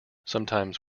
sometimes